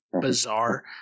Bizarre